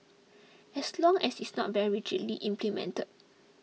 as long as it's not very rigidly implemented